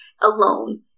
alone